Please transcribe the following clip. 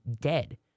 dead